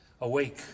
Awake